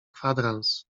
kwadrans